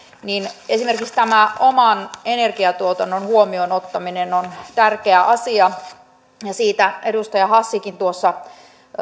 niin esimerkiksi tämä oman energiantuotannon huomioon ottaminen on tärkeä asia siitä edustaja hassikin tuossa